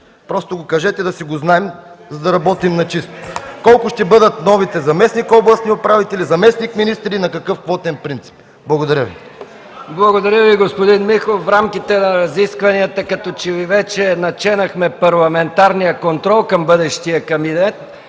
Просто го кажете, да си го знаем, за да работим на чисто. (Реплики от ДПС.) Колко ще бъдат новите заместник-областни управители, заместник министри и на какъв квотен принцип? Благодаря Ви. ПРЕДСЕДАТЕЛ МИХАИЛ МИКОВ: Благодаря Ви, господин Михов. В рамките на разискванията, като че ли вече наченахме парламентарния контрол към бъдещия кабинет.